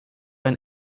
ein